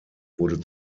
wurde